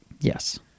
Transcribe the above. yes